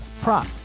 prop